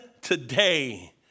today